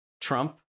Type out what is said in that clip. Trump